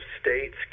states